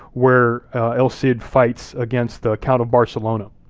where el cid fights against the count of barcelona.